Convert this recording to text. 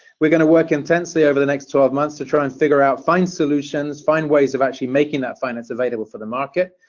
we're going to work intensely over the next twelve months to try and figure out find solutions, find ways of actually making that finance available for the market.